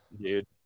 dude